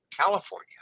California